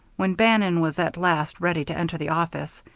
when bannon was at last ready to enter the office,